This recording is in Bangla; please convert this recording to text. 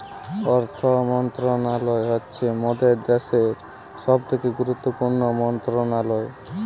অর্থ মন্ত্রণালয় হচ্ছে মোদের দ্যাশের সবথেকে গুরুত্বপূর্ণ মন্ত্রণালয়